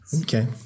Okay